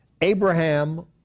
Abraham